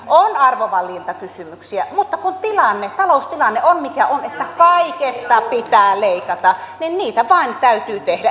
on arvovalintakysymyksiä mutta kun tilanne taloustilanne on mikä on että kaikesta pitää leikata niin leikkauksia vain täytyy tehdä